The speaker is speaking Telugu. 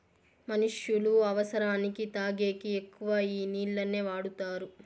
మనుష్యులు అవసరానికి తాగేకి ఎక్కువ ఈ నీళ్లనే వాడుతారు